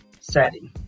setting